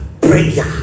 prayer